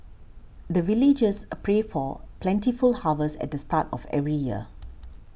the villagers pray for plentiful harvest at the start of every year